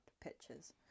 pictures